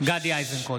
גדי איזנקוט,